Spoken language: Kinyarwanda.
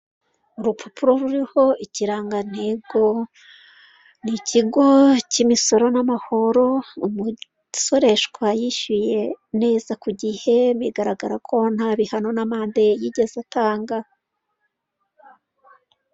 Urupapuro ruriho ikirangantego, ni ikigo k'imisoro n'amahoro umusoreshwa yishyuye neza ku guhe bigaragara ko ntabihano n'amande yigeze atanga.